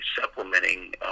supplementing